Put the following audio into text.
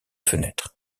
fenêtres